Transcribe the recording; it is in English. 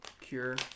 cure